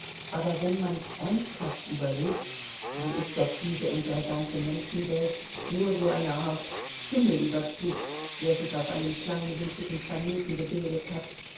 aber wenn man's ernsthaft überlegt so ist doch diese unsere ganze menschenwelt nur so eine art schimmelüberzug der sich auf einem kleinwinzigen planeten gebildet hat